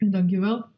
Dankjewel